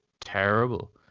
terrible